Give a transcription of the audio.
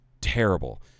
terrible